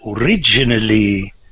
originally